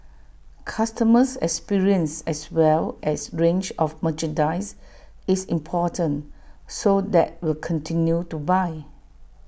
customer experience as well as range of merchandise is important so that will continue to buy